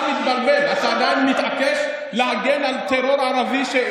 אתה עדיין מתעקש להגן על טרור ערבי.